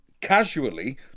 casually